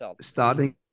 starting